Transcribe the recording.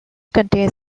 contains